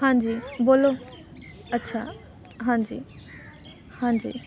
ਹਾਂਜੀ ਬੋਲੋ ਅੱਛਾ ਹਾਂਜੀ ਹਾਂਜੀ